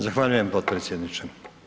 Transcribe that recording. Zahvaljujem potpredsjedniče.